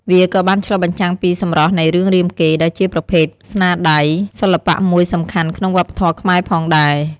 វាក៏បានឆ្លុះបញ្ចាំងពីសម្រស់នៃរឿងរាមកេរ្តិ៍ ដែលជាប្រភេទស្នាដៃសិល្បៈមួយសំខាន់ក្នុងវប្បធម៌ខ្មែរផងដែរ។